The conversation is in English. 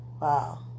wow